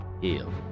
heal